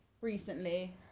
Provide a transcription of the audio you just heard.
recently